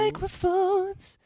Microphones